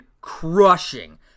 crushing